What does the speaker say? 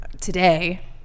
today